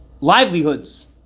livelihoods